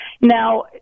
now